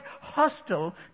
hostile